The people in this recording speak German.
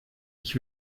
ich